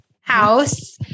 House